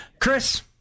Chris